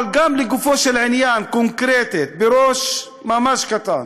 אבל גם לגופו של עניין, קונקרטית, בראש ממש קטן: